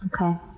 Okay